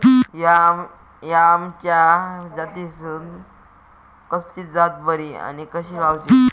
हया आम्याच्या जातीनिसून कसली जात बरी आनी कशी लाऊची?